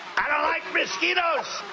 i don't like mosquitoes!